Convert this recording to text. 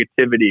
negativity